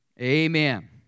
Amen